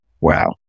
Wow